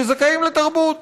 שזכאים לתרבות